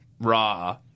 Raw